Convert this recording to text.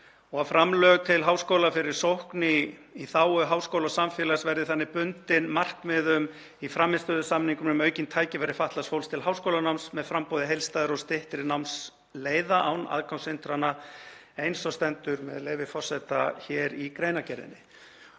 Framlög til háskóla fyrir sókn í þágu háskóla og samfélags verða þannig bundin markmiðum í frammistöðusamningum um aukin tækifæri fatlaðs fólks til háskólanáms með framboði heildstæðra og styttri námsleiða, án aðgangshindrana“, eins og stendur, með leyfi forseta, hér í greinargerðinni.